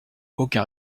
aucun